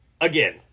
again